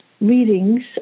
readings